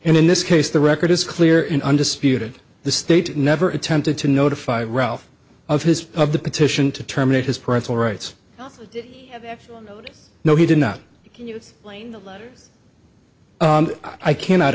and in this case the record is clear in undisputed the state never attempted to notify ralph of his of the petition to terminate his parental rights no he did not use i cannot